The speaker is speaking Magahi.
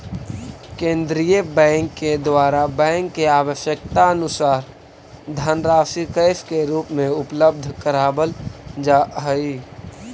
केंद्रीय बैंक के द्वारा बैंक के आवश्यकतानुसार धनराशि कैश के रूप में उपलब्ध करावल जा हई